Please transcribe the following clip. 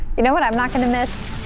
you know what i'm not gonna miss.